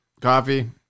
coffee